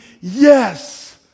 yes